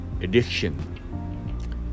addiction